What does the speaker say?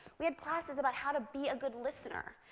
we had classes about how to be a good listener,